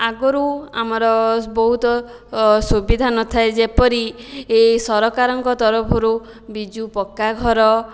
ଆଗରୁ ଆମର ବହୁତ ସୁବିଧା ନଥାଏ ଯେପରି ସରକାରଙ୍କ ତରଫରୁ ବିଜୁ ପକ୍କା ଘର